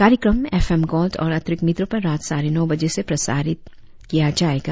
कार्यक्रम F M Gold और अतिरिक्त मीटरों पर रात साढ़े नौबजे से प्रसारित जायेगा